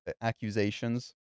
accusations